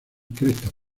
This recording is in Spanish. crestas